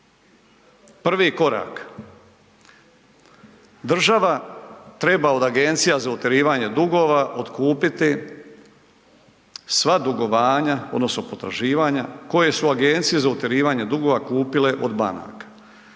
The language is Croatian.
Prvi korak, država treba od agencija za utjerivanje dugova otkupiti sva dugovanja odnosno potraživanja koje su agencije za utjerivanje dugova kupile od banaka.